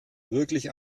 wirklich